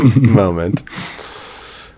moment